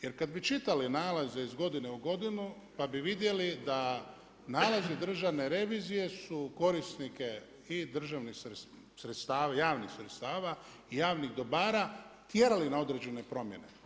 Jer kad bi čitali nalaze iz godine u godinu, pa vi vidjeli da nalazi Državne revizije su korisnike i državnih sredstava, javnih sredstava i javnih dobara tjerali na određene promjene.